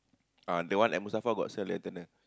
ah that one at Mustafa got sell the antenna